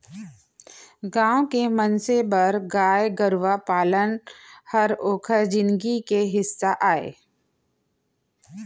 गॉँव के मनसे बर गाय गरूवा पालन हर ओकर जिनगी के हिस्सा अय